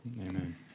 Amen